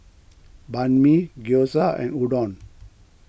Banh Mi Gyoza and Udon